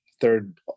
third